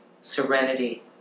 serenity